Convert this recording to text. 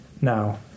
now